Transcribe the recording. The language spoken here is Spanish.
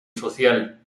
social